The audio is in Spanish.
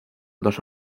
dos